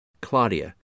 Claudia